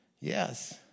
Yes